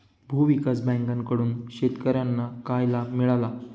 भूविकास बँकेकडून शेतकर्यांना काय लाभ मिळाला?